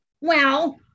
Well